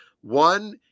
One